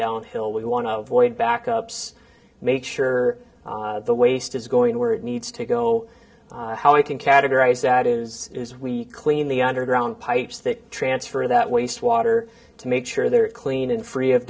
downhill we want to avoid backups make sure the waste is going where it needs to go how we can categorize that is is we clean the underground pipes that transfer that waste water to make sure they're clean and free of